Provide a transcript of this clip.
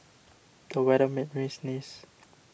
the weather made me sneeze